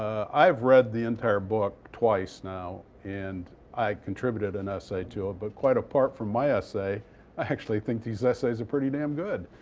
i've read the entire book twice now. and i contributed an essay to it. ah but quite apart from my essay, i actually think these essays are pretty damn good.